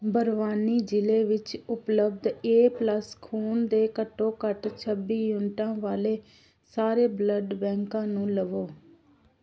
ਬਰਵਾਨੀ ਜ਼ਿਲ੍ਹੇ ਵਿੱਚ ਉਪਲਬਧ ਏ ਪਲੱਸ ਖੂਨ ਦੇ ਘੱਟੋ ਘੱਟ ਛੱਬੀ ਯੂਨਿਟਾਂ ਵਾਲੇ ਸਾਰੇ ਬਲੱਡ ਬੈਂਕਾਂ ਨੂੰ ਲੱਭੋ